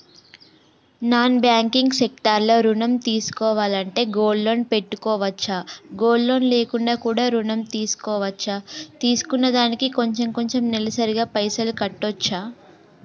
Non banking sector లో ఋణం తీసుకోవాలంటే గోల్డ్ లోన్ పెట్టుకోవచ్చా? గోల్డ్ లోన్ లేకుండా కూడా ఋణం తీసుకోవచ్చా? తీసుకున్న దానికి కొంచెం కొంచెం నెలసరి గా పైసలు కట్టొచ్చా?